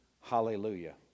hallelujah